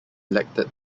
elected